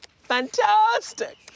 Fantastic